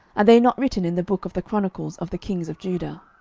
are they not written in the book of the chronicles of the kings of judah?